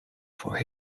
for